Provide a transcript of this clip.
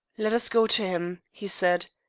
let us go to him, he said.